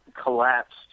collapsed